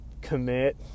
commit